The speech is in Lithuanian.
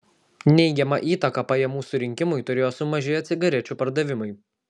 neigiamą įtaką pajamų surinkimui turėjo sumažėję cigarečių pardavimai